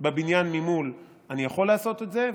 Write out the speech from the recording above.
בבניין ממול אני יכול לעשות את זה,